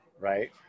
right